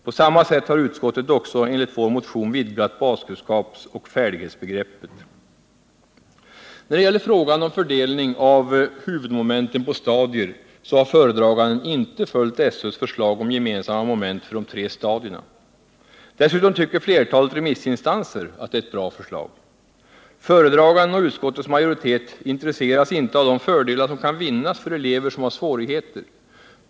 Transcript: På samma sätt har utskottet också enligt vår motion vidgat baskunskapsoch färdighetsbegreppet. När det gäller frågan om fördelning av huvudmomenten på stadier har föredraganden inte följt SÖ:s förslag om gemensamma moment för de tre stadierna. Dessutom tycker flertalet remissinstanser att det är ett bra förslag. Föredraganden och utskottets majoritet intresseras inte av de fördelar som kan vinnas för elever som har svårigheter.